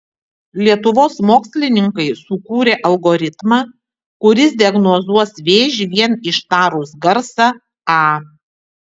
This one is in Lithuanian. lietuvos mokslininkai sukūrė algoritmą kuris diagnozuos vėžį vien ištarus garsą a